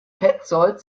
petzold